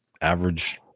average